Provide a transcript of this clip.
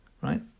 right